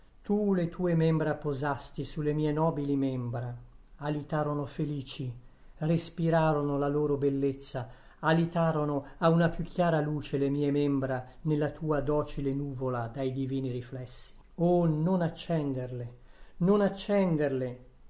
tu le tue membra posasti sulle mie nobili membra alitarono felici respirarono la loro bellezza alitarono a una più chiara luce le mie membra nella tua docile nuvola dai divini riflessi o non accenderle non accenderle